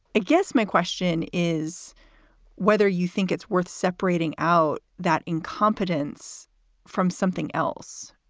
guess my question is whether you think it's worth separating out that incompetence from something else,